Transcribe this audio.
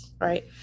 right